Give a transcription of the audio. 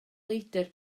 leidr